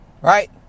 Right